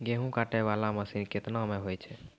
गेहूँ काटै वाला मसीन केतना मे होय छै?